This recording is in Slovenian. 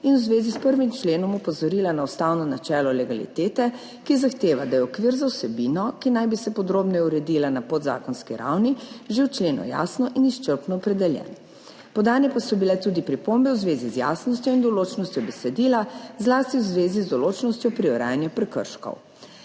in v zvezi s 1. členom opozorila na ustavno načelo legalitete, ki zahteva, da je okvir za vsebino, ki naj bi se podrobneje uredila na podzakonski ravni, že v členu jasno in izčrpno opredeljen. Podane pa so bile tudi pripombe v zvezi z jasnostjo in določnostjo besedila, zlasti v zvezi z določnostjo pri urejanju prekrškov.